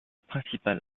principale